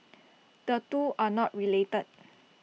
the two are not related